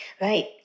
Right